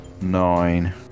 Nine